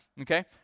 okay